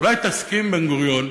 אולי תסכים, בן-גוריון,